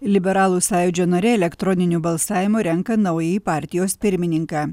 liberalų sąjūdžio nariai elektroniniu balsavimu renka naująjį partijos pirmininką